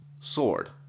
sword